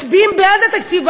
מצביעים בעד התקציב,